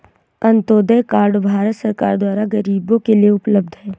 Antyodaya card Bharat सरकार द्वारा गरीबो के लिए उपलब्ध है